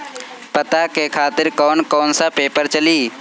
पता के खातिर कौन कौन सा पेपर चली?